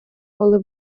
коли